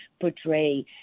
portray